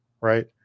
right